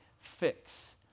fix